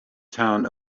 town